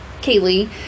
kaylee